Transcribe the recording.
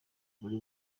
muri